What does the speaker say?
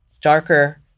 darker